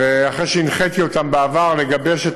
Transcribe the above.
ואחרי שהנחיתי אותם בעבר לגבש את